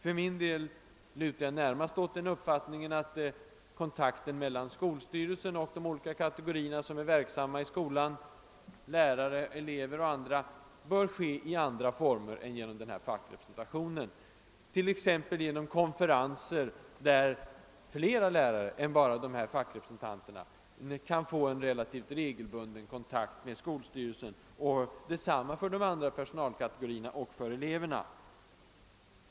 För min del lutar jag närmast åt uppfattningen att kontakten mellan skolstyrelsen och de olika kategorier som är verksamma i skolan — lärare, elever och andra — bör ske i andra former än genom fackrepresentation, t.ex. genom större konferenser, där flera lärare än bara dessa fackrepresentanter kan få en relativt regelbunden kontakt med skolstyrelsen. Detsamma bör gälla för de andra personalkategorierna och för eleverna.